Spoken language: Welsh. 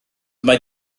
mae